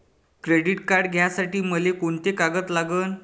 Credit card घ्यासाठी मले कोंते कागद लागन?